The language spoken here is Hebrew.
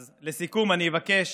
אז לסיכום, אני אבקש